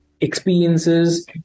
experiences